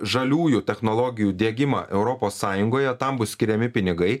žaliųjų technologijų diegimą europos sąjungoje tam bus skiriami pinigai